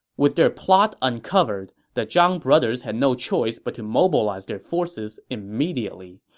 with their plot uncovered, the zhang brothers had no choice but to mobilize their forces immediately.